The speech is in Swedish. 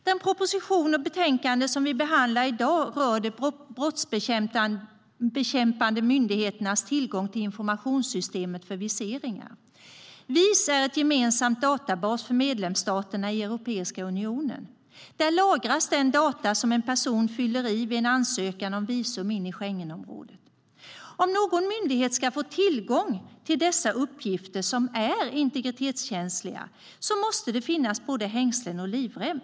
Den proposition och det betänkande som vi behandlar i dag rör de brottsbekämpande myndigheternas tillgång till informationssystemet för viseringar. VIS är en gemensam databas för medlemsstaterna i Europeiska unionen. Den lagrar data som en person fyller i vid en ansökan om visum in i Schengenområdet. Om någon myndighet ska få tillgång till dessa uppgifter, som är integritetskänsliga, måste det finnas både hängslen och livrem.